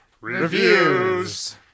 reviews